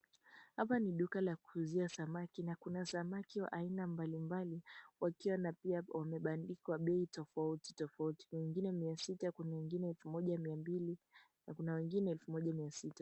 Hapa ni duka la kuuzia samaki. Na kuna samaki wa aina mbalimbali wakiwa na pia wamebandikwa bei tofauti tofauti. Wengine mia sita, kuna wengine elfu moja mia mbili, na kuna wengine elfu moja mia sita.